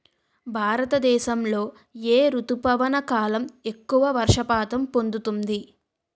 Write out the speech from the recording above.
భారతదేశంలో ఏ రుతుపవన కాలం ఎక్కువ వర్షపాతం పొందుతుంది?